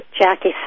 Jackie